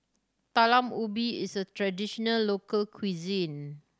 Talam Ubi is a traditional local cuisine